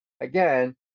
again